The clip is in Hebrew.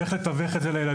איך לתווך את זה לילדים,